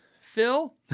Phil